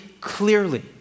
clearly